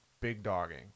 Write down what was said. big-dogging